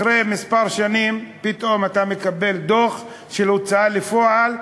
אחרי כמה שנים פתאום אתה מקבל דוח של הוצאה לפועל,